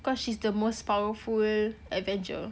'cause she's the most powerful avenger